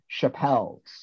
Chappelle's